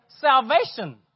salvation